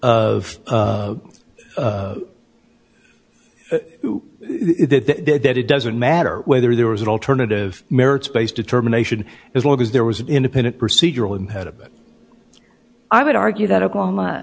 of that did that it doesn't matter whether there was an alternative merits based determination as long as there was an independent procedural impediment i would argue that oklahoma